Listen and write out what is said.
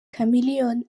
chameleone